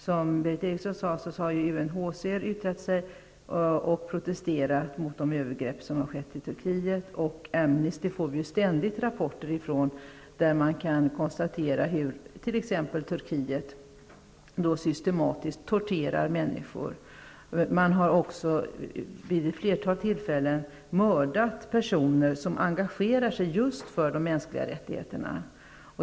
Som Berith Eriksson sade, har UNHCR protesterat mot de övergrepp som skett i Turkiet, och från Amnesty får vi ju ständigt rapporter där vi kan konstatera t.ex. hur Turkiet systematiskt torterar människor. I Turkiet har man också vid ett flertal tillfällen mördat personer som engagerar sig för de mänskliga rättigheterna.